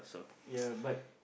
ya but